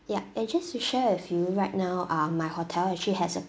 ya and just to share with you right now um my hotel actually has a